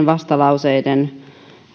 vastalauseen